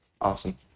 Awesome